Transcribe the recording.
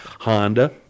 Honda